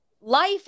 life